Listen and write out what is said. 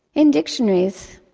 in dictionaries,